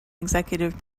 executive